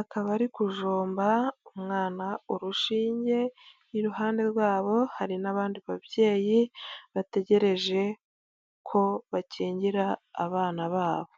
akaba ari kujomba umwana urushinge, iruhande rwabo hari n'abandi babyeyi bategereje ko bakingira abana babo.